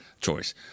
choice